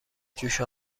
جوش